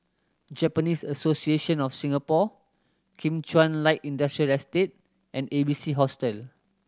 Japanese Association of Singapore Kim Chuan Light Industrial Estate and A B C Hostel